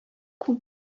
күп